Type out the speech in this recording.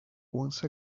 once